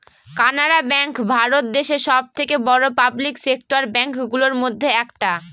Canara bank Bharat দেশে সব থেকে বড়ো পাবলিক সেক্টর ব্যাঙ্ক গুলোর মধ্যে একটা